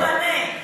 ולתת מענה.